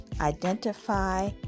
Identify